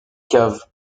cave